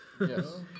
yes